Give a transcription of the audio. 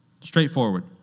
Straightforward